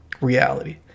reality